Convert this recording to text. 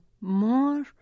more